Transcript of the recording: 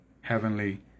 heavenly